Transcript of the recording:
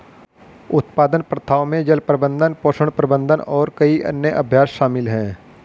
उत्पादन प्रथाओं में जल प्रबंधन, पोषण प्रबंधन और कई अन्य अभ्यास शामिल हैं